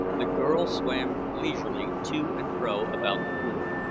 the girl swam leisurely to and fro about the pool.